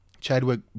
Chadwick